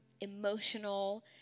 emotional